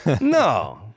no